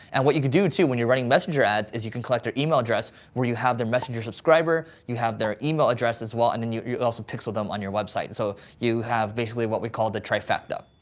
and what you can do, too, when you're running messenger ads is you can collect their email address where you have their messenger subscriber, you have their email address as well and then you you also pixel them on your website so you have basically what we call the trifecta.